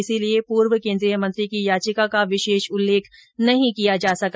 इसलिए पूर्व केंद्रीय मंत्री की याचिका का विशेष उल्लेख नहीं किया जा सका